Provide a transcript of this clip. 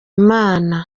imana